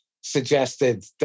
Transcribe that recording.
suggested